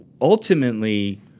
ultimately